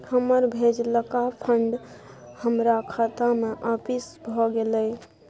हमर भेजलका फंड हमरा खाता में आपिस भ गेलय